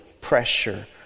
pressure